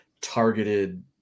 targeted